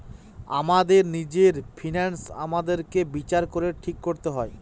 আমাদের নিজের ফিন্যান্স আমাদেরকে বিচার করে ঠিক করতে হয়